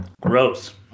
Gross